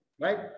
Right